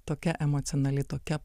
tokia emocionali tokia